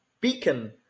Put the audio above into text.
beacon